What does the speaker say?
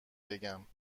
بگم